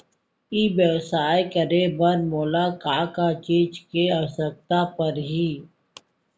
ई व्यवसाय करे बर मोला का का चीज के आवश्यकता परही?